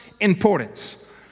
importance